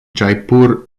jaipur